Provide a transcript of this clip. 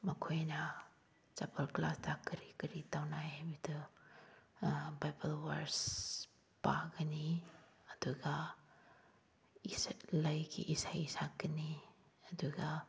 ꯃꯈꯣꯏꯅ ꯆꯠꯄ ꯀ꯭ꯂꯥꯁꯇ ꯀꯔꯤ ꯀꯔꯤ ꯇꯧꯅꯩ ꯍꯥꯏꯕꯗꯨ ꯕꯥꯏꯕꯜ ꯋꯥꯔꯁ ꯄꯥꯒꯅꯤ ꯑꯗꯨꯒ ꯂꯥꯏꯒꯤ ꯏꯁꯩ ꯁꯛꯀꯅꯤ ꯑꯗꯨꯒ